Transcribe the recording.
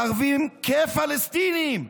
הערבים כפלסטינים,